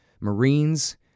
Marines